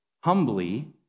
humbly